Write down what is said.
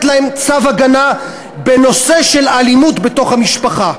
להם צו הגנה בנושא אלימות בתוך המשפחה.